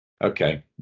Okay